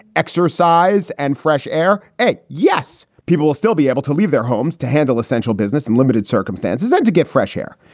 exercise and fresh air? a yes. people will still be able to leave their homes to handle essential business in limited circumstances and to get fresh air.